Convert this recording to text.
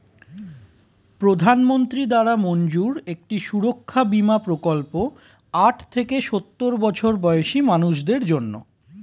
প্রধানমন্ত্রী দ্বারা মঞ্জুর একটি সুরক্ষা বীমা প্রকল্প আট থেকে সওর বছর বয়সী মানুষদের জন্যে